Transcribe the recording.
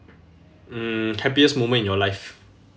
mm happiest moment in your life